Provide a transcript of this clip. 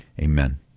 amen